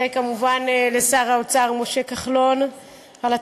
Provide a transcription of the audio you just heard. וכמובן לשר האוצר משה כחלון על התמיכה,